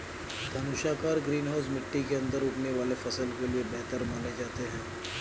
धनुषाकार greenhouse मिट्टी के अंदर उगने वाले फसल के लिए बेहतर माने जाते हैं